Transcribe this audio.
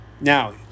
Now